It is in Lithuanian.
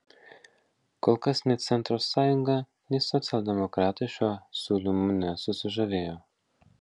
kol kas nei centro sąjunga nei socialdemokratai šiuo siūlymu nesusižavėjo